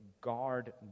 guard